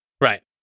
Right